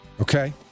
Okay